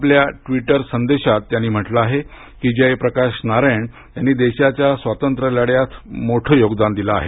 आपल्या ट्विटर संदेशात त्यांनी म्हटलं आहे की जयप्रकाश नारायण यांनी देशाच्या स्वातंत्र्य लढ्यात मोठ योगदान दिल आहे